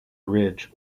ridge